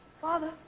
Father